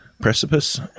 Precipice